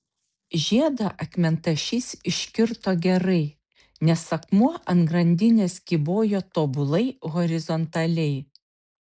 žiedą akmentašys iškirto gerai nes akmuo ant grandinės kybojo tobulai horizontaliai